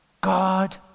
God